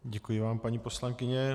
Děkuji vám, paní poslankyně.